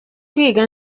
kwiga